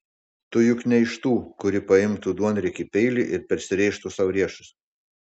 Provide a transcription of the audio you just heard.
tu juk ne iš tų kuri paimtų duonriekį peilį ir persirėžtų sau riešus